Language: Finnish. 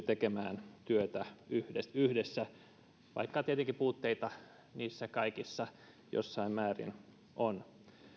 tekemään työtä yhdessä yhdessä vaikka tietenkin puutteita niissä kaikissa jossain määrin on